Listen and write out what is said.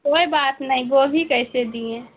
کوئی بات نہیں گوبھی کیسے دیے ہیں